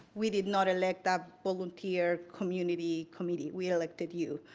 we did not elect a volunteer community committee, we elected you.